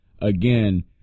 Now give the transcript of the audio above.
again